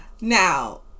Now